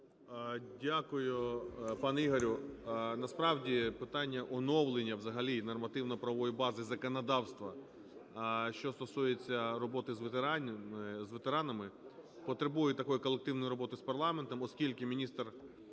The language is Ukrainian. Дякую, пане Ігорю. Насправді, питання оновлення взагалі нормативно-правової бази законодавства, що стосується роботи з ветеранами, потребує такої колективної роботи з парламентом. Оскільки міністр